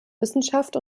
wissenschaft